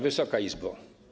Wysoka Izbo!